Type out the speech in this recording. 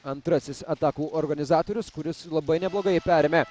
antrasis atakų organizatorius kuris labai neblogai perėmė